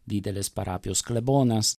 didelės parapijos klebonas